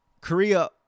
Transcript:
Korea